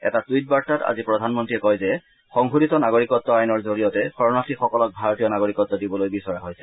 এটা ট্ইট বাৰ্তাত আজি প্ৰধানমন্ত্ৰীয়ে কয় যে সংশোধীত নাগৰিকত আইনৰ জৰিয়তে শৰণাৰ্থীসকলক ভাৰতীয় নাগৰিকত্ব দিবলৈ বিচৰা হৈছে